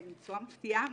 בצורה מפתיעה,